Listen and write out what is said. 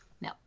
No